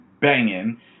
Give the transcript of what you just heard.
banging